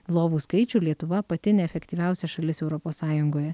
lovų skaičių lietuva pati neefektyviausia šalis europos sąjungoje